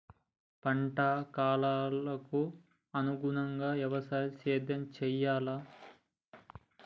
పంటల కాలాలకు అనుగుణంగానే వ్యవసాయ సేద్యం చెయ్యాలా?